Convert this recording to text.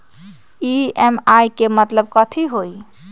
EMI के मतलब कथी होई?